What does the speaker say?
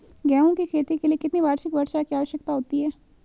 गेहूँ की खेती के लिए कितनी वार्षिक वर्षा की आवश्यकता होती है?